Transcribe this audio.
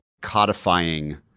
codifying